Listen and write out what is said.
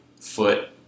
foot